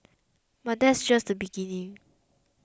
but that's just the beginning